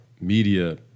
media